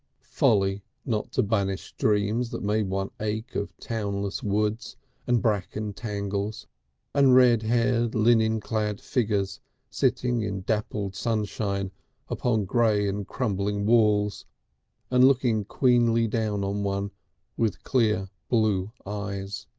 folly not to banish dreams that made one ache of townless woods and bracken tangles and red-haired linen-clad figures sitting in dappled sunshine upon grey and crumbling walls and looking queenly down on one with clear blue eyes.